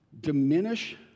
diminish